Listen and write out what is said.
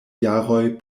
jaroj